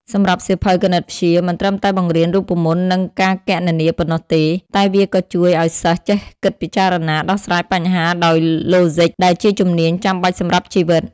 សម្រាប់សៀវភៅ គណិតវិទ្យា មិនត្រឹមតែបង្រៀនរូបមន្តនិងការគណនាប៉ុណ្ណោះទេ តែវាក៏ជួយឱ្យសិស្សចេះគិតពិចារណាដោះស្រាយបញ្ហាដោយឡូស៊ីក ដែលជាជំនាញចាំបាច់សម្រាប់ជីវិត។